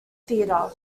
theatre